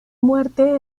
muerte